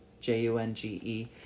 J-U-N-G-E